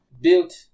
built